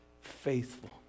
faithful